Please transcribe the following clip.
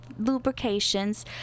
lubrications